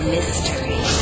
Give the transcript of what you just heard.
Mystery